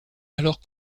alors